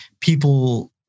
people